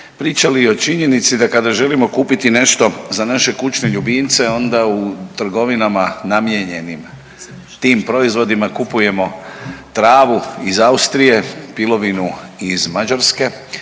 pričali o činjenici da kada želimo kupiti nešto za naše kućne ljubimce, onda u trgovinama namijenjenim tim proizvodima kupujemo travu iz Austrije, pilovinu iz Mađarske